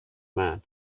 man